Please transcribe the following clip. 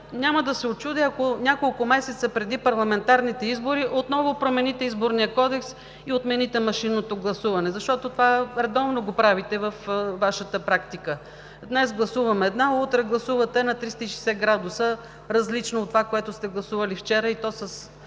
няма да се учудя, ако няколко месеца преди парламентарните избори отново промените Изборния кодекс и отмените машинното гласуване, защото това редовно го правите във Вашата практика. Днес гласуваме едно, утре гласувате на 360 градуса, различно от това, което сте гласували вчера и то с